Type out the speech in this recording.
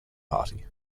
party